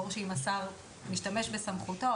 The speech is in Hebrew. ברור שאם השר משתמש בסמכותו,